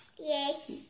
yes